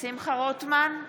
שמחה רוטמן,